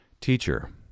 Teacher